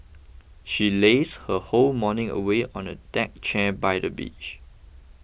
she lazed her whole morning away on a deck chair by the beach